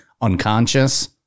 unconscious